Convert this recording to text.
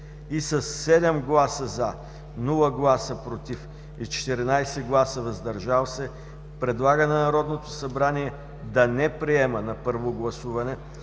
и със 7 гласа „за”, без „против“ и 14 гласа „въздържали се” предлага на Народното събрание да не приеме на първо гласуване